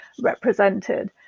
represented